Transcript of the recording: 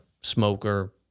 Smoker